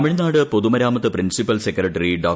തമിഴ്നാട് പൊതുമരാമത്ത് principal secretary ഡോ